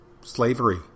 slavery